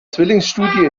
zwillingsstudie